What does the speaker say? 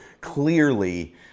clearly